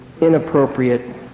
inappropriate